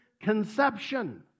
conception